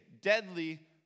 deadly